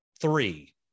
three